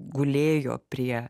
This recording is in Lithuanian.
gulėjo prie